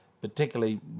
particularly